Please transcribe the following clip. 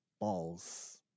balls